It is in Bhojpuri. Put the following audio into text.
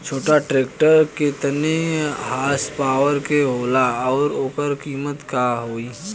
छोटा ट्रेक्टर केतने हॉर्सपावर के होला और ओकर कीमत का होई?